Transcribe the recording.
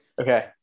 Okay